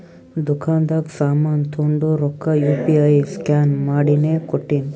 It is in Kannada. ದುಕಾಂದಾಗ್ ಸಾಮಾನ್ ತೊಂಡು ರೊಕ್ಕಾ ಯು ಪಿ ಐ ಸ್ಕ್ಯಾನ್ ಮಾಡಿನೇ ಕೊಟ್ಟಿನಿ